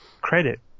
credit